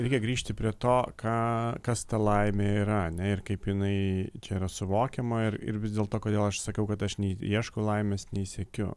reikia grįžti prie to ką kas ta laimė yra ane ir kaip jinai čia yra suvokiama ir ir vis dėlto kodėl aš sakiau kad aš nei ieškau laimės nei siekiu